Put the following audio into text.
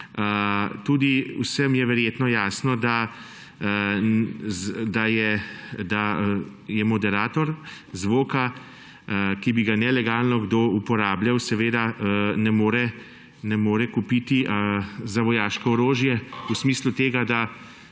Vsem je verjetno jasno, moderatorja zvoka, ki bi ga nelegalno kdo uporabljal, se ne more kupiti za vojaško orožje v smislu tega, da